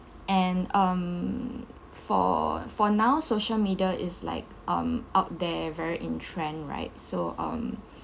and um for for now social media is like um out there very in trend right so um